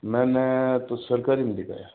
मैंने तो सरकारी में दिखाया